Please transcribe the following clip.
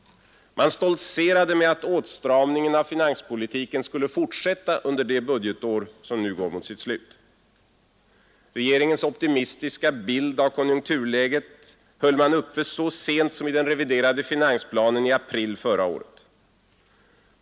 Man stoltserade med att åtstramningen av finanspolitiken skulle fortsätta under det budgetår som nu går mot sitt slut. Regeringens optimistiska bild av konjunkturläget höll man uppe så sent som i den reviderade finansplanen i april förra året.